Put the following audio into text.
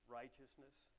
righteousness